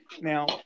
Now